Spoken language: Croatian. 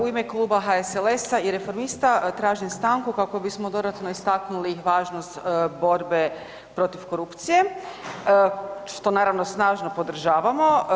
U ime Kluba HSLS-a i Reformista tražim stanku kako bismo dodatno istaknuli važnost borbe protiv korupcije, što naravno, snažno podržavamo.